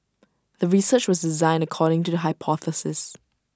the research was designed according to the hypothesis